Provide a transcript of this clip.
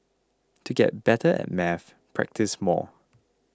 to get better at maths practise more